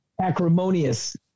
acrimonious